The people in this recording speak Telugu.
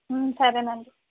సరే అండీ